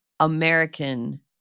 American